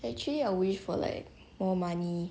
actually I wish for like more money